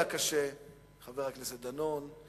חבר הכנסת דנון,